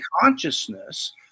consciousness